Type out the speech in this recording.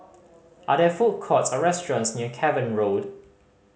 are there food courts or restaurants near Cavan Road